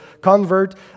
convert